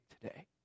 today